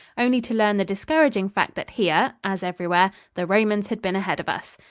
only to learn the discouraging fact that here, as everywhere, the romans had been ahead of us.